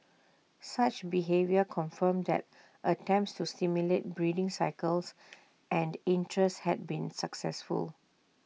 such behaviour confirmed that attempts to stimulate breeding cycles and interest had been successful